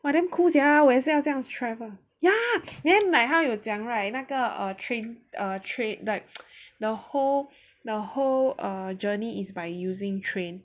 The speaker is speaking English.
!wah! damn cool sia 我也是要做这样 travel ya then like 他有讲 right 那个 err train err train the whole the whole err journey is by using train